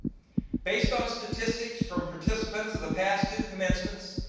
based on statistics from participants of the past two commencements,